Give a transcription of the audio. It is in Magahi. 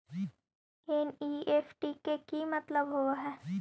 एन.ई.एफ.टी के कि मतलब होइ?